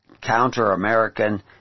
counter-American